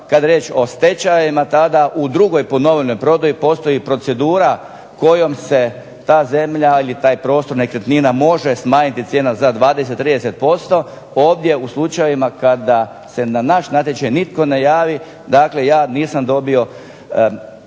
je riječ o stečajevima tada u drugoj ponovljenoj prodaji postoji procedura kojom se ta zemlja ili taj prostor nekretnina može smanjiti cijena za 20, 30% ovdje u slučajevima kada se na naš natječaj nitko ne javi. Dakle, ja nisam dobio